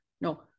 No